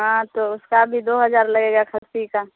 ہاں تو اس کا بھی دو ہزار لگے گا کھسی کا